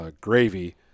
gravy